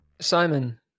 Simon